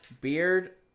Beard